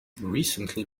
recently